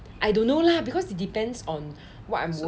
I don't know lah because it depends on what I'm working